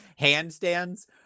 handstands